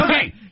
okay